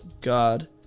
God